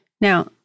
Now